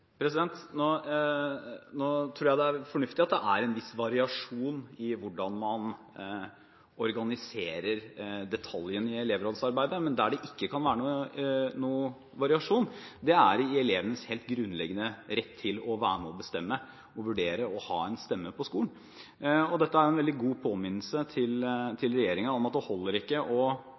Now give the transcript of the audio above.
Nå tror jeg det er fornuftig at det er en viss variasjon i hvordan man organiserer detaljene i elevrådsarbeidet. Men der det ikke kan være noen variasjon, er i elevenes helt grunnleggende rett til å være med og bestemme, vurdere og ha en stemme på skolen. Dette er en veldig god påminnelse til regjeringen om at det ikke holder å bevilge en pott med penger, lage materiell eller anta at noe er gjort, hvis man ikke